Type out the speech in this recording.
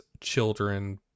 children